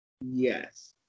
Yes